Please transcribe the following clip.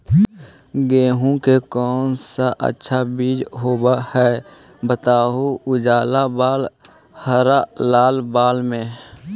गेहूं के कौन सा अच्छा बीज होव है बताहू, उजला बाल हरलाल बाल में?